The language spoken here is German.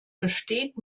besteht